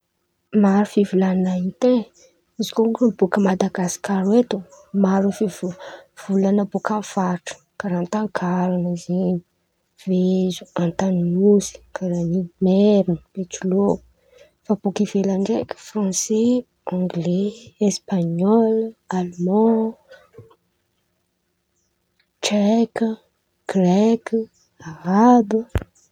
Maro fivolan̈ana hita e! Izy koa baka Madagasikara eto, maro fivo- volan̈ana baka amy faritry karàha Antakarana zen̈y, Vezo, an-Tanosy, karàha io Merina, Betsileo fa bôka ivelany ndraiky Franse, angle, Espaniôly, Aleman, Tseky, greky, arabo.